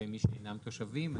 ומי שאינם תושבים.